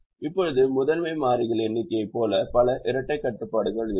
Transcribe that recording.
இப்போது முதன்மை மாறிகளின் எண்ணிக்கையைப் போல பல இரட்டைக் கட்டுப்பாடுகள் இருக்கும்